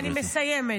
אני מסיימת.